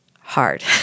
hard